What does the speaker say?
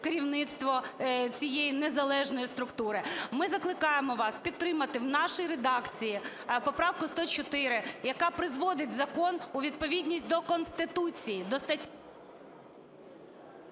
керівництво цієї незалежної структури. Ми закликаємо вас підтримати в нашій редакції поправку 104, яка приводить закон у відповідність до Конституції,